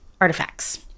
artifacts